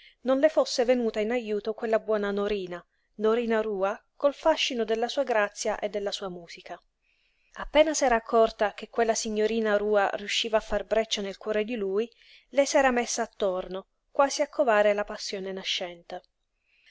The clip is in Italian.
non le fosse venuta in ajuto quella buona norina norina rua col fascino della sua grazia e della sua musica appena s'era accorta che quella signorina rua riusciva a far breccia nel cuore di lui le s'era messa attorno quasi a covare la passione nascente